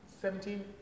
seventeen